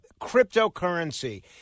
Cryptocurrency